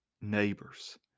neighbors